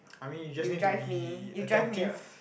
I mean you just need to be attentive